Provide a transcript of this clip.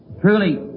Truly